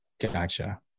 Gotcha